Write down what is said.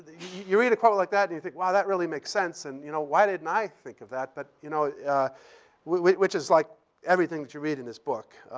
you read a quote like that, and you think, wow. that really makes sense. and you know why didn't i think of that? but you know which is like everything that you read in this book.